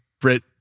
brit